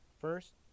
first